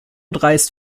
dreist